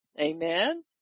amen